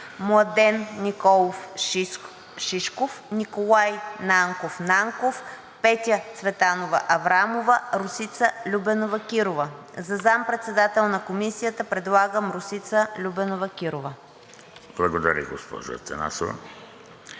Младен Николов Шишков, Николай Нанков Нанков, Петя Цветанова Аврамова, Росица Любенова Кирова. За заместник-председател на Комисията предлагам Росица Любенова Кирова. ПРЕДСЕДАТЕЛ ВЕЖДИ